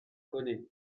connais